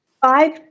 Five